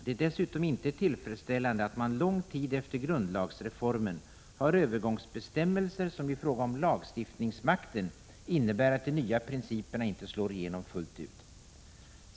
Det är dessutom inte tillfredsställande att man lång tid efter grundlagsreformen har övergångsbestämmelser som i fråga om lagstiftningsmakten innebär att de nya principerna inte slår igenom fullt ut.